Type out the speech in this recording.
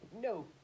no